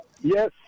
Yes